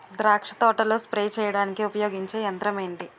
ద్రాక్ష తోటలో స్ప్రే చేయడానికి ఉపయోగించే యంత్రం ఎంటి?